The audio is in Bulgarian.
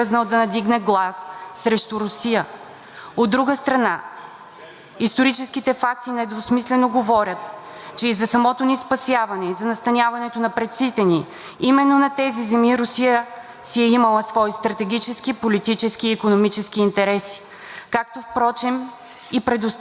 че и за самото ни спасяване и за настаняването на предците ни именно на тези земи Русия си е имала свои стратегически, политически и икономически интереси, както впрочем и предоставянето ни на статута на колонисти, от благодарност за което ние сме изградили прекрасния Преображенски събор в Болград.